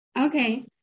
Okay